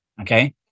Okay